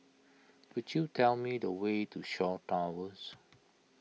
could you tell me the way to Shaw Towers